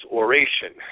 oration